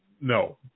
no